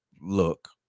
look